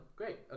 great